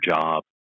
job